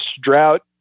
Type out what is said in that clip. drought